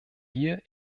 hier